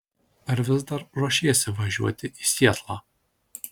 ar vis dar ruošiesi važiuoti į sietlą